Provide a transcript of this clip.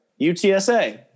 UTSA